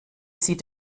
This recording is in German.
sie